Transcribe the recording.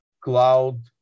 cloud